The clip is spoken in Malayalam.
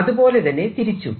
അതുപോലെ തന്നെ തിരിച്ചും